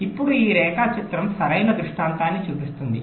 ఇప్పుడు ఈ రేఖాచిత్రం సరైన దృష్టాంతాన్ని చూపిస్తుంది